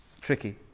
tricky